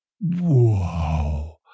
Whoa